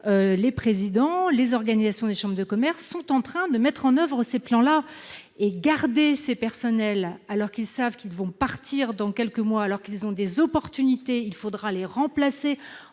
Les présidents et les organisations des chambres de commerce sont en train de mettre en oeuvre ces plans. Si l'on garde ces personnels, alors même qu'ils partiront dans quelques mois et qu'ils ont des opportunités, il faudra les remplacer